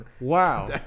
Wow